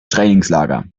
trainingslager